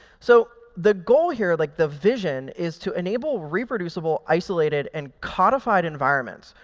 so the goal here, like the vision, is to enable reproducible, isolated, and codified environments,